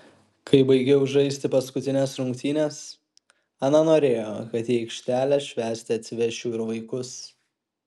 kai baigiau žaisti paskutines rungtynes ana norėjo kad į aikštelę švęsti atsivesčiau ir vaikus